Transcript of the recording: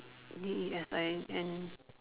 D E S I N